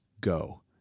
go